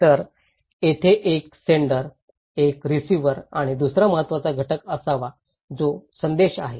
तर तेथे एक सेण्डर एक रिसिव्हर आणि दुसरा महत्वाचा घटक असावा जो संदेश आहे